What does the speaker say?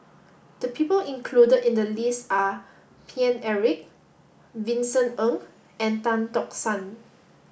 the people included in the list are Paine Eric Vincent Ng and Tan Tock San